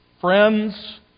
Friends